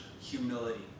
humility